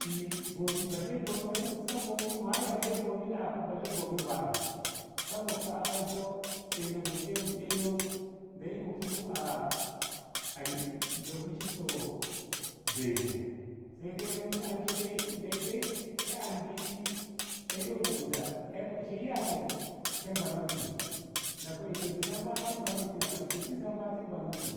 e bobi balle bobi ma si buska balle bobi nako balle bobi ba. i sabok ka. a kaiso ɗeino muni dai mu ɗeino ndeyi a mokimu lokoci so zai bu sai dai mu anshe dai ndeyi dai ta andi ei ƙoto guda ei ko ishi yiya ke te manoti na ko ishe zinah ma te manoti ko ishe disa ma te manoti